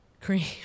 cream